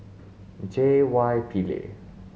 J Y Pillay